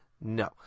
No